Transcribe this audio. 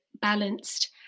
balanced